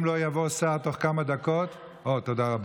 אם לא יבוא שר תוך כמה דקות, אוה, תודה רבה.